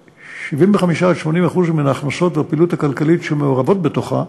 ש-75% עד 80% מן ההכנסות והפעילות הכלכלית שמעורבת בתוכה,